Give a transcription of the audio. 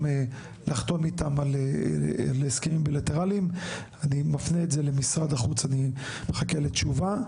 לחתום איתם על הסכמים בילטרליים אני מפנה את זה למשרד החוץ ומחכה לתשובה.